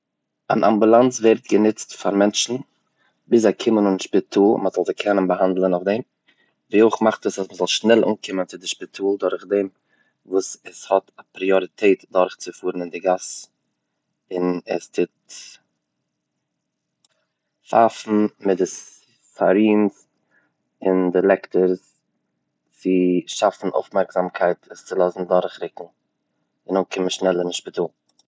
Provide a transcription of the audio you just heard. אן אמבולאנס ווערט גענוצט פאר מענטשן ביז זיי קומען אן אין שפיטאל מ'זאל זיי קענען באהאנדלן אויף דעם, ווי אויך מאכט עס אז מ'זאל שנעל אנקומען צו די שפיטאל דורך דעם וואס עס האט פריאריטעט דורכצופארן אין די גאס און עס טוט פייפן מיט די סיירינס און די לעקטערס צו שאפן אויפמערקזאמקייט צו לאזן דורך רוקן און אנקומען שנעלער אין שפיטאל.